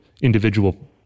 individual